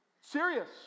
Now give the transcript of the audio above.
Serious